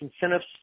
incentives